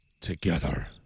together